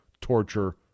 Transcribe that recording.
torture